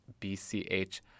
BCH